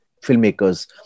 filmmakers